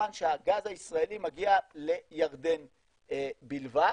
כמובן שהגז הישראלי מגיע לירדן בלבד.